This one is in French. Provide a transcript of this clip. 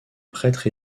prêtre